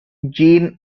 jean